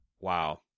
Wow